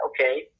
okay